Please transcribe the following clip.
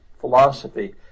philosophy